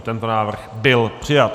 Tento návrh byl přijat.